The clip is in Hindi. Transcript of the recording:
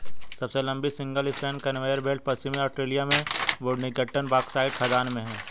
सबसे लंबी सिंगल स्पैन कन्वेयर बेल्ट पश्चिमी ऑस्ट्रेलिया में बोडिंगटन बॉक्साइट खदान में है